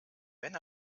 wenn